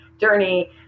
journey